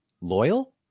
Loyal